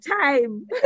time